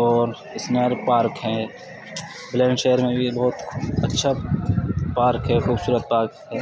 اور اسمارک پارک ہیں بلند شہر میں بھی بہت اچھا پارک ہے خوبصورت پارک ہے